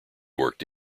worked